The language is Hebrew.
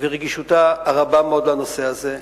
ורגישותה הרבה מאוד לנושא הזה,